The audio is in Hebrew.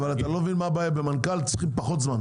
אבל במנכ"ל צריך פחות זמן.